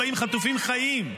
40 חטופים חיים,